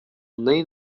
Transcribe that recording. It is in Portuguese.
nem